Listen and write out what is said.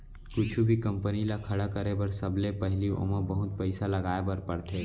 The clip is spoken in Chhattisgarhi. कुछु भी कंपनी ल खड़ा करे बर सबले पहिली ओमा बहुत पइसा लगाए बर परथे